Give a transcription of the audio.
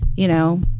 you know,